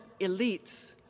elites